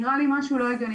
נראה לי משהו לא הגיוני,